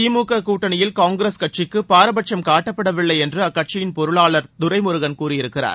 திமுக கூட்டணியில் காங்கிரஸ் கட்சிக்கு பாரபட்சும் காட்டப்படவில்லை என்று அக்கட்சியின் பொருளாள் துரைமுருகன் கூறியிருக்கிறார்